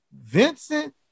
Vincent